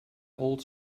old